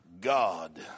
God